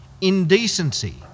indecency